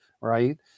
right